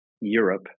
Europe